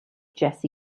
jesse